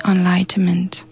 enlightenment